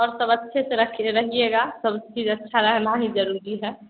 और सब अच्छे से रखे रहिएगा सब चीज अच्छा रहना ही ज़रूरी है